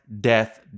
death